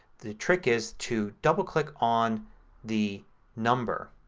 the trick is to double click on the number.